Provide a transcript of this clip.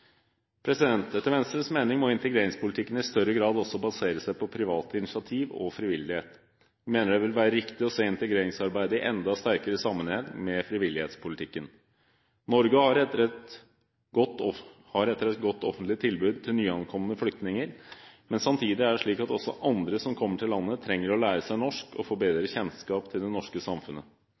Etter Venstres mening må integreringspolitikken i større grad også basere seg på private initiativ og frivillighet, og vi mener det vil være riktig å se integreringsarbeidet i enda sterkere sammenheng med frivillighetspolitikken. Norge har et godt offentlig tilbud til nyankomne flyktninger, men samtidig er det slik at også andre som kommer til landet, trenger å lære seg norsk og få bedre kjennskap til det norske samfunnet.